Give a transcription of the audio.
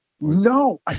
No